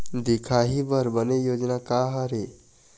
दिखाही बर बने योजना का हर हे?